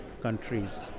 countries